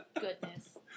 goodness